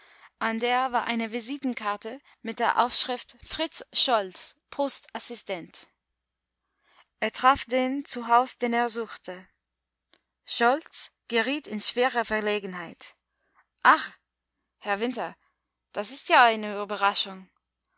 an der war eine visitenkarte mit der aufschrift fritz scholz postassistent er traf den zu haus den er suchte scholz geriet in schwere verlegenheit ach herr winter das ist ja eine überraschung